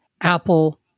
Apple